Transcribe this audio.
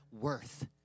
worth